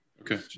Okay